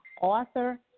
author